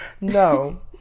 no